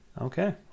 Okay